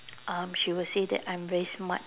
um she will say that I'm very smart